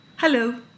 Hello